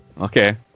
Okay